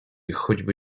choćby